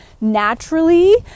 naturally